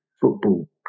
football